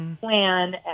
plan